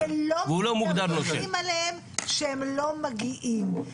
לבית-ספר ולא מדווחים עליהם שהם לא מגיעים,